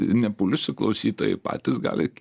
nepulsiu klausytojai patys gali